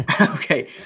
Okay